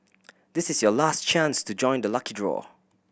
this is your last chance to join the lucky draw